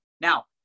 Now